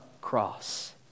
cross